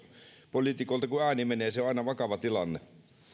poliitikolta kun ääni menee se on aina vakava tilanne